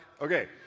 Okay